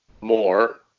more